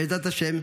בעזרת השם,